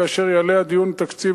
כאשר יהיה הדיון על התקציב,